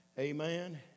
Amen